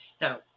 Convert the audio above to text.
Now